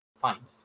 find